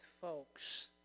folks